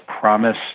promise